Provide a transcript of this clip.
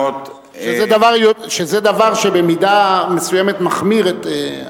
זה דבר שבמידה מסוימת מחמיר את,